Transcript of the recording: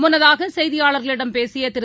முன்னதாக செய்தியாளர்களிடம் பேசியதிரு